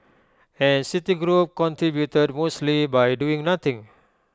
and citigroup contributed mostly by doing nothing